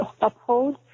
uphold